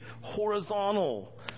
horizontal